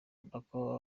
mupaka